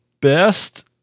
best